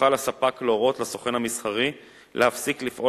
יוכל הספק להורות לסוכן המסחרי להפסיק לפעול